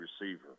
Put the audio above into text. receiver